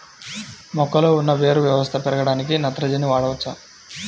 మొక్కలో ఉన్న వేరు వ్యవస్థ పెరగడానికి నత్రజని వాడవచ్చా?